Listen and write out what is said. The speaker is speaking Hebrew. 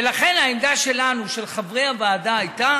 ולכן העמדה שלנו, של חברי הוועדה, הייתה